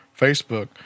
Facebook